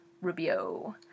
Rubio